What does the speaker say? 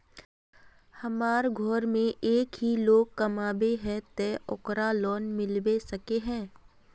हमरा घर में एक ही लोग कमाबै है ते ओकरा लोन मिलबे सके है?